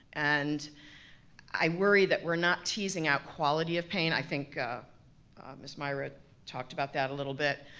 and i worry that we're not teasing out quality of pain. i think ms. myra talked about that a little bit.